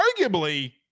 arguably